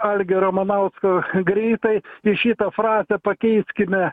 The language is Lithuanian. algį ramanauską greitai i šitą frazę pakeiskime